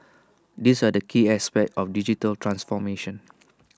these are the key aspects of digital transformation